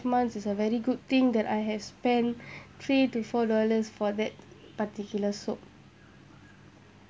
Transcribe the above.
months is a very good thing that I have spend three to four dollars for that particular soap